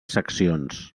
seccions